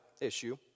issue